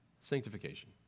sanctification